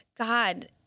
God